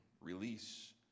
release